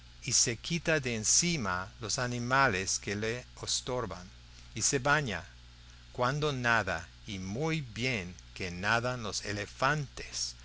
y se quita de encima los animales que le estorban y se baña cuando nada y muy bien que nadan los elefantes